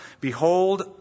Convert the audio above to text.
behold